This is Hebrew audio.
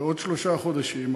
בעוד שלושה חודשים,